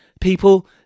people